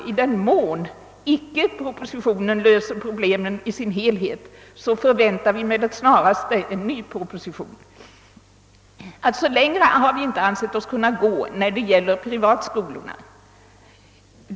I den mån propositionen icke löser problemen i deras helhet förväntar vi alltså med det snaraste en ny proposition. Längre har vi inte ansett oss kunna gå när det gäller privatskolorna.